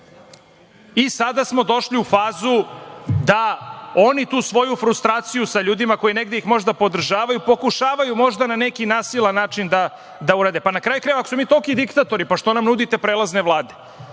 ulici. Sada smo došli u fazu da oni tu svoju frustraciju sa ljudima koji ih negde možda podržavaju pokušavaju možda na neki nasilan način da urade. Pa, na kraju krajeva, ako smo mi toliki diktatori, zašto nam nudite prelazne vlade?